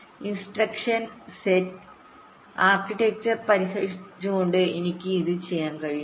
instruction set architecture പരിഷ്ക്കരിച്ചുകൊണ്ട് എനിക്ക് ഇത് ചെയ്യാൻ കഴിയും